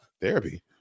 therapy